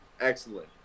Excellent